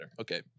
Okay